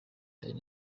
danny